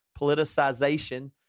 politicization